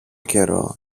καιρό